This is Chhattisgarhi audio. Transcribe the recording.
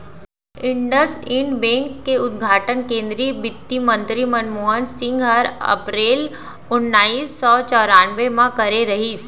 इंडसइंड बेंक के उद्घाटन केन्द्रीय बित्तमंतरी मनमोहन सिंह हर अपरेल ओनाइस सौ चैरानबे म करे रहिस